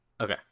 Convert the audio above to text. okay